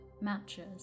matches